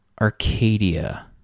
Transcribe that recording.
Arcadia